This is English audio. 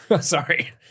Sorry